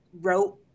wrote